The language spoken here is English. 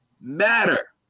matter